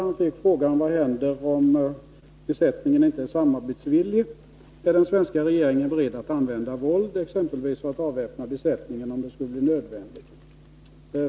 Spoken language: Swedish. Han fick frågan: Vad händer om besättningen inte är samarbetsvillig? Är den svenska regeringen beredd att 57 använda våld exempelvis för att avväpna besättningen om det skulle bli nödvändigt?